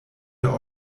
der